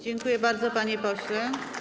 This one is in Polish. Dziękuję bardzo, panie pośle.